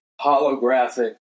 holographic